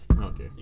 Okay